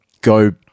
go